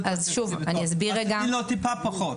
תני לו קצת פחות.